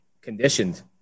Conditioned